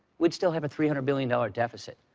we'd still have a three hundred billion dollars deficit.